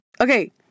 Okay